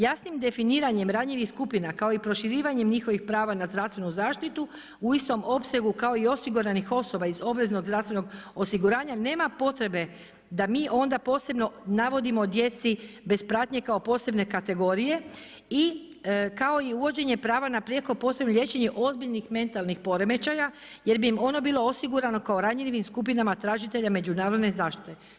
Jasnim definiranjem ranjivih skupina kao i proširivanjem njihovih prava na zdravstvenu zaštitu u istom opsegu kao i osiguranih osoba iz obveznog zdravstvenog osiguranja, nema potrebe da mi onda posebno navodimo djeci bez pratnje kao posebne kategorije i kao i uvođenje prava na prijeko potrebno liječenje ozbiljnih metalnih poremećaja, jer bi im ono bilo osigurano kao ranjivim skupinama, tražitelja međunarodne zaštite.